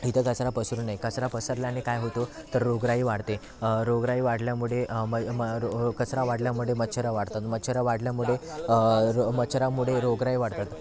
इथं कचरा पसरू नये कचरा पसरल्याने काय होतो तर रोगराई वाढते रोगराई वाढल्यामुळे कचरा वाढल्यामुळे मच्छर वाढतात मच्छर वाढल्यामुळे मच्छरामुळे रोगराई वाढतात